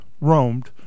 roamed